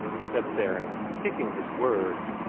said theron, picking his words,